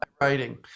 writing